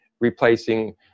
replacing